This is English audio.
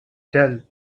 dull